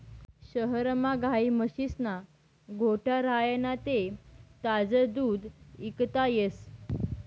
शहरमा गायी म्हशीस्ना गोठा राह्यना ते ताजं दूध इकता येस